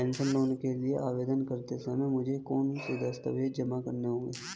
Personal loan के लिए आवेदन करते समय मुझे कौन से दस्तावेज़ जमा करने होंगे?